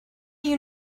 you